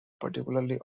particularly